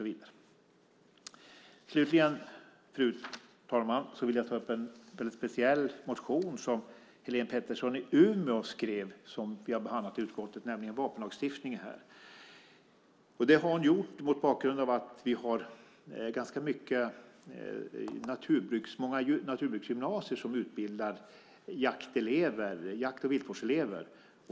Fru talman! Jag vill ta upp en speciell motion som Helén Pettersson i Umeå har skrivit och som vi har behandlat i utskottet. Den handlar om vapenlagstiftningen. Hon har skrivit motionen mot bakgrund av att vi har ganska många naturbruksgymnasier som utbildar jakt och viltvårdselever.